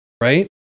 right